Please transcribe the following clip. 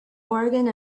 organ